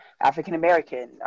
African-American